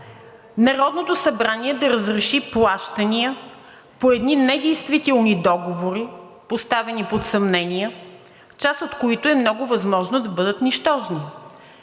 Народното събрание да разреши плащания по едни недействителни договори, поставени под съмнение, част от които е много възможно да бъдат нищожни.